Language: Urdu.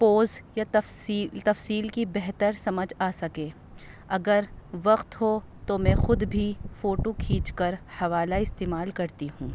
پوز یا تفصی تفصیل کی بہتر سمجھ آ سکے اگر وقت ہو تو میں خود بھی فوٹو کھینچ کر حوالہ استعمال کرتی ہوں